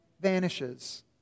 vanishes